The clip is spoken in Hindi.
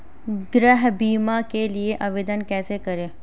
गृह बीमा के लिए आवेदन कैसे करें?